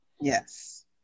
Yes